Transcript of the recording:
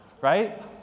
Right